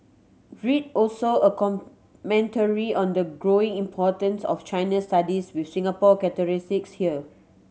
read also a commentary on the growing importance of China studies with Singapore here